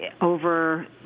over